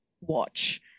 watch